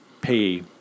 pay